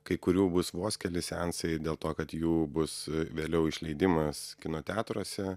kai kurių bus vos keli seansai dėl to kad jų bus vėliau išleidimas kino teatruose